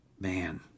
Man